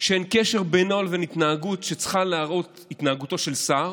שאין קשר בינו לבין התנהגות שצריכה להיות התנהגותו של שר.